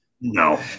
No